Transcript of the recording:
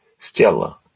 Stella